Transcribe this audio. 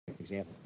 example